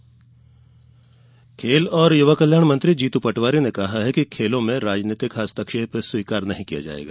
खेल बैठक खेल और युवा कल्याण मंत्री जीतू पटवारी ने कहा है कि खेलों में राजनीतिक हस्तक्षेप स्वीकार नहीं किया जायेगा